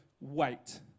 wait